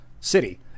city